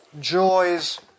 joys